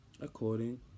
according